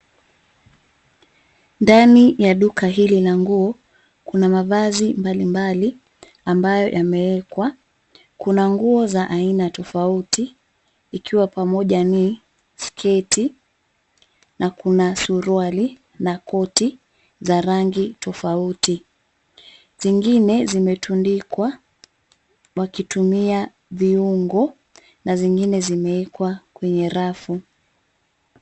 Ndani ya duka hili la nguo kuna mavazi mbalimbali ambayo yamewekwa. Kuna nguo za aina tofauti ikiwa pamoja ni sketi, na kuna suruali na koti za rangi tofauti. Zingine zimetundikwa wakitumia viungo na zingine zimewekwa kwenye rafu.